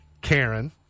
Karen